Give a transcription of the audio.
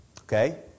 Okay